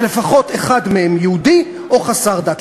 שלפחות אחד מהם יהודי או חסר דת,